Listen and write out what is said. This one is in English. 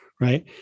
right